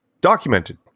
Documented